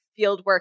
fieldwork